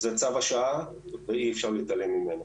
זה צו השעה ואי אפשר להתעלם ממנו.